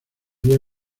día